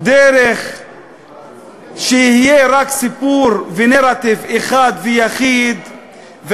דרך שיהיה רק סיפור ונרטיב אחד ויחיד.